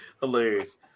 Hilarious